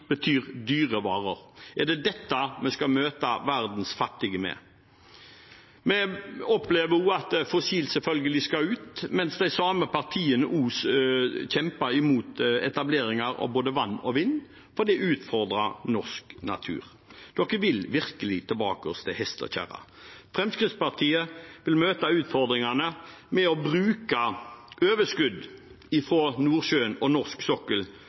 betyr dyre varer. Er det dette vi skal møte verdens fattige med? Vi opplever også at fossilt selvfølgelig skal ut, mens de samme partiene kjemper imot etableringer av både vann og vind fordi det utfordrer norsk natur. Dere vil virkelig tilbake til hest og kjerre. Fremskrittspartiet vil møte utfordringene med å bruke overskudd fra Nordsjøen og norsk sokkel